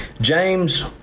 James